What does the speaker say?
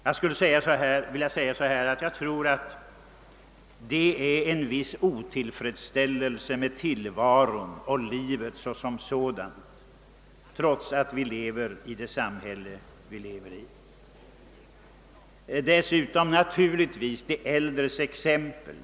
Jag tror att det är en viss otillfredsställelse med tillvaron såsom sådan, trots att vi lever i det samhälle vi har i dag. Dessutom verkar naturligtvis de äldres exempel.